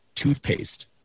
toothpaste